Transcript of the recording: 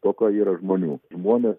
toka yra žmonių žmonės